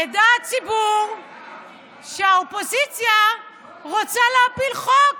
ידע הציבור שהאופוזיציה רוצה להפיל חוק